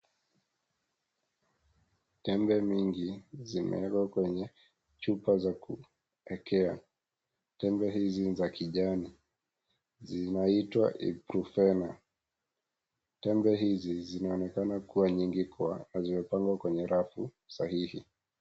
Tembe mingi zimewekwa kwenye chupa za kuwekea tembe hizi ni za kijani zinaitwa ibuprofena tembe hizi zinaonekana kuwa nyingi kwa na zimepangwa kwenye rafu sahihi.